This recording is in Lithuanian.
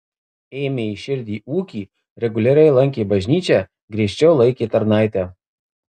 ėmė į širdį ūkį reguliariai lankė bažnyčią griežčiau laikė tarnaitę